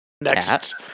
next